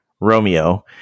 Romeo